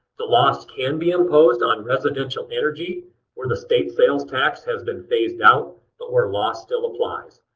the lost can be imposed on residential energy where the state sales tax has been phased out but where lost still applies.